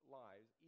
lives